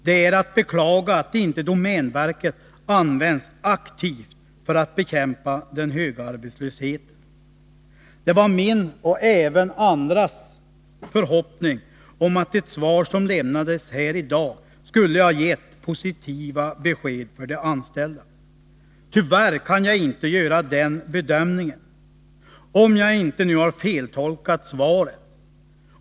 Det är slutligen att beklaga att domänverket inte används aktivt för att bekämpa den höga arbetslösheten. Det var min och även andras förhoppning att det svar som lämnades här i dag skulle ge positiva besked till de anställda. Tyvärr kan jag inte göra bedömningen att så har skett, såvida jag inte har tolkat svaret felaktigt.